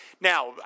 Now